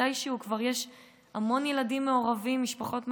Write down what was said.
מתישהו כבר יש המון ילדים מעורבים ומשפחות מעורבות,